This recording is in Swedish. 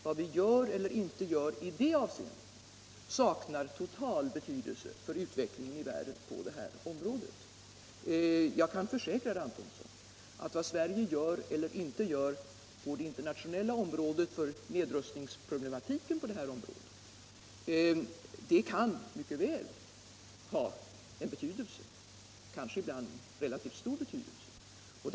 Vad vi gör eller inte gör i det avseendet saknar totalt betydelse för utvecklingen i världen på detta område. Men jag kan försäkra herr Antonsson att vad Sverige gör eller inte gör internationellt för nedrustningspolitiken på området mycket väl kan ha betydelse, kanske ibland relativt stor betydelse.